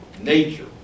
nature